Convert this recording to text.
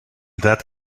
that